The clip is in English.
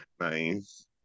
Nice